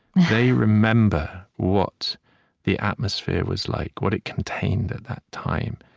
they remember what the atmosphere was like, what it contained that time.